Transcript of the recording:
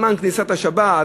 זמן כניסת השבת,